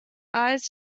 eyes